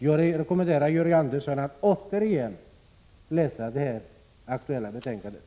Jag rekommenderar Georg Andersson att återigen läsa de aktuella betänkandena.